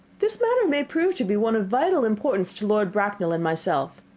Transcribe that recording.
this matter may prove to be one of vital importance to lord bracknell and myself.